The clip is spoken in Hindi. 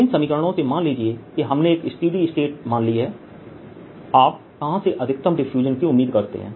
इन समीकरणों से मान लीजिए कि हमने एक स्स्टेडी स्टेट मान ली है आप कहां से अधिकतम डिफ्यूजन की उम्मीद करते हैं